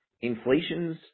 inflation's